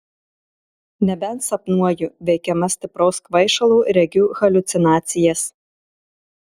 nebent sapnuoju veikiama stipraus kvaišalo regiu haliucinacijas